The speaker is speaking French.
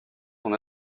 son